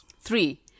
Three